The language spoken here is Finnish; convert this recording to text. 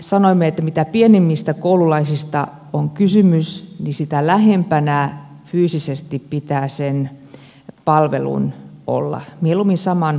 sanoimme että mitä pienemmistä koululaisista on kysymys sitä lähempänä fyysisesti pitää sen palvelun olla mieluimmin saman katon alla